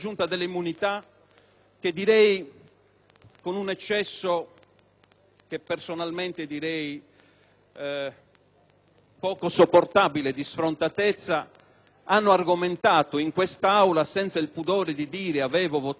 che personalmente ritengo poco sopportabile, di sfrontatezza hanno argomentato in quest'Aula, senza il pudore di dire che avevano votato in un modo e che, si stava giudicando il loro lavoro, e sono diventati gli avvocati